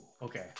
Okay